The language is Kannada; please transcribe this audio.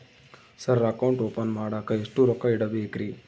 ಸರ್ ಅಕೌಂಟ್ ಓಪನ್ ಮಾಡಾಕ ಎಷ್ಟು ರೊಕ್ಕ ಇಡಬೇಕ್ರಿ?